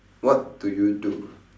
what do you do